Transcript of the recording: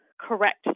correct